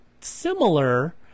similar